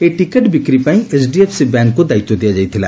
ଏହି ଟିକେଟ୍ ବିକ୍ ପାଇଁ ଏଚ୍ଡିଏଫ୍ସି ବ୍ୟାଙ୍କ୍କୁ ଦାୟିତ୍ ଦିଆଯାଇଥିଲା